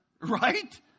Right